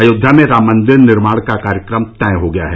अयोध्या में राम मंदिर निर्माण का कार्यक्रम तय हो गया है